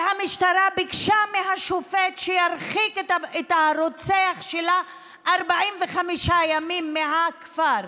והמשטרה ביקשה מהשופט שירחיק את הרוצח שלה ל-45 ימים מהכפר,